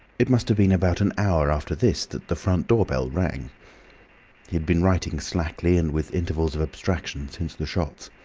it must have been about an hour after this that the front-door bell rang. he had been writing slackly, and with intervals of abstraction, since the shots.